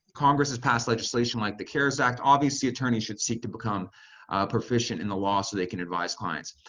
congress has passed legislation like the cares act obviously attorneys should seek to become proficient in the law so they can advise clients.